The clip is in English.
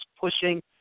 pushing